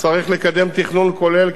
צריך לקדם תכנון כולל,